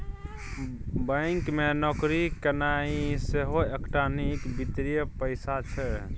bank मे नौकरी केनाइ सेहो एकटा नीक वित्तीय पेशा छै